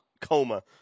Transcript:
coma